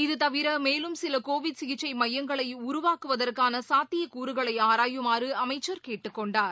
இதுதவிர மேலும் சில கோவிட் சிகிச்சை மையங்களை உருவாக்குவதற்கான சாத்தியக் கூறுகளை ஆராயுமாறு அமைச்சர் கேட்டுக் கொண்டார்